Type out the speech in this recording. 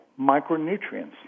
micronutrients